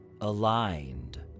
aligned